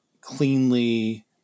cleanly